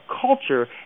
culture